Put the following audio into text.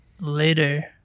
later